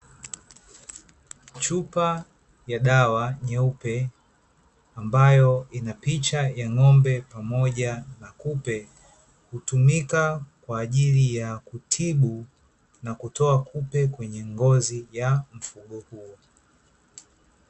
Chupa ya dawa nyeupe, ambayo ina picha ya ng'ombe pamoja na kupe. Hutumika kwa ajili ya kutibu, na kutoa kupe kwenye ngozi ya mfugo huo.